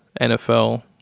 NFL